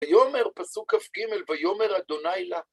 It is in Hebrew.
ויאמר, פסוק כ"ג, ויאמר ה' לה